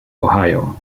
ohio